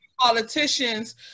politicians